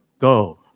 Go